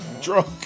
Drunk